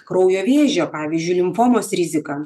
kraujo vėžio pavyzdžiui limfomos riziką